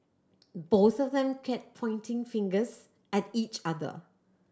both of them kept pointing fingers at each other